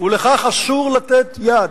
ולכך אסור לתת יד.